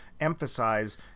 emphasize –